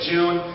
June